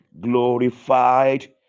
glorified